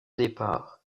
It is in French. départ